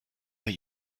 but